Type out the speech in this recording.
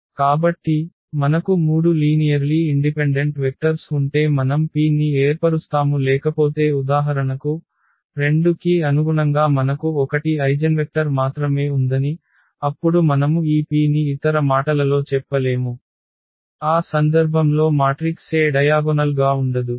కాబట్టి మనకు 3 linearly independent vectors ఉంటే మనం P ని ఏర్పరుస్తాము లేకపోతే ఉదాహరణకు 2 కి అనుగుణంగా మనకు 1 ఐగెన్వెక్టర్ మాత్రమే ఉందని అప్పుడు మనము ఈ P ని ఇతర మాటలలో చెప్పలేము ఆ సందర్భంలో మాట్రిక్స్ A డయాగొనల్s గా ఉండదు